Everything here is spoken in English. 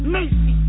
Macy